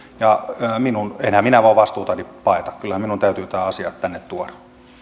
ja enhän minä voi vastuutani paeta kyllä minun täytyy tämä asia tänne tuoda pyydän